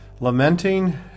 lamenting